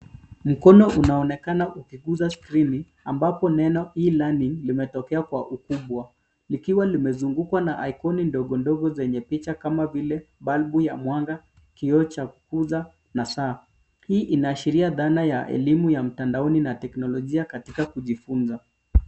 Mkono unaonekana ukigusa skrini ambapo neno e-learning limetokea kwa ukubwa, likiwa limezungukwa na aikoni ndogo ndogo zenye picha kama vile balbu ya mwanga, kioo cha kukuza na saa. Hii inaashiria dhana ya elimu ya mtandaoni na teknolojia katika kujifunza.